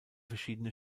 verschiedene